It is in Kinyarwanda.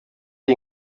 iyi